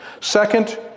Second